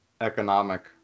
economic